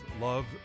love